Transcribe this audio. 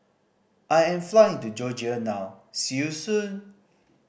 I am flying to Georgia now see you soon